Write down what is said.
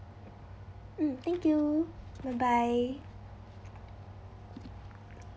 mm thank you bye bye